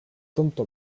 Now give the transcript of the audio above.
tomto